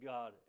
God